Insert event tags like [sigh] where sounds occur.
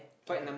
[noise] okay